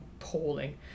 appalling